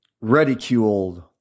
ridiculed